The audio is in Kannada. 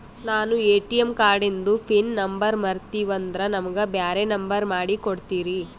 ನಾನು ಎ.ಟಿ.ಎಂ ಕಾರ್ಡಿಂದು ಪಿನ್ ನಂಬರ್ ಮರತೀವಂದ್ರ ನಮಗ ಬ್ಯಾರೆ ನಂಬರ್ ಮಾಡಿ ಕೊಡ್ತೀರಿ?